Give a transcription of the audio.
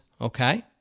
okay